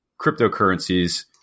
cryptocurrencies